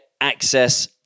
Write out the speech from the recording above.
access